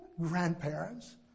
grandparents